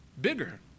bigger